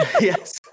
Yes